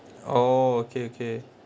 oh okay okay